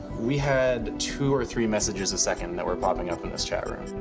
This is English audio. we had two or three messages a second that were popping up in this chatroom.